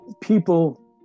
people